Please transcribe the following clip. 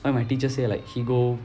so my teacher say like he go